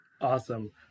Awesome